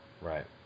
Right